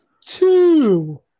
Two